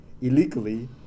illegally